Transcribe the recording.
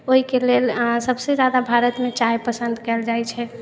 ओहिके लेल अहाँ सभसँ जादा भारतमे चाय पसन्द कयल जाइ छै